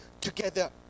together